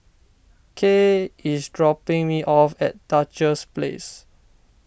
Kaye is dropping me off at Duchess Place